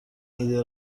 ایده